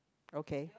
okay